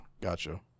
gotcha